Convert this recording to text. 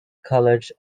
college